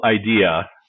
idea